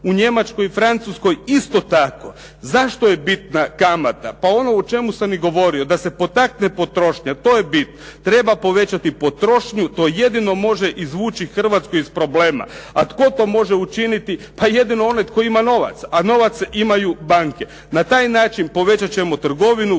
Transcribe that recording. u Njemačkoj i Francuskoj isto tako. Zašto je bitna kamata? Pa ono o čemu sam i govorio, da se potakne potrošnja, to je bit. Treba povećati potrošnju, to jedino može izvući Hrvatsku iz problema, a tko to može učiniti, pa jedino onaj tko ima novaca. A novac imaju banke. Na taj način povećati ćemo trgovinu,